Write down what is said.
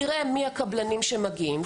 יראה מי הקבלנים שמגיעים,